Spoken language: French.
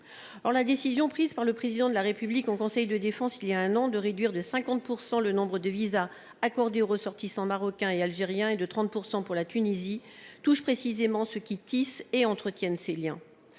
la décision prise par le président de la République en conseil de défense, il y a un an, de réduire de 50 % le nombre de visas accordés aux ressortissants marocains et algériens et de 30 % pour la Tunisie touche précisément ce qui tisse et entretiennent ces Liens,